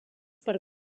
per